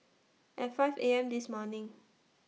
At five A M This morning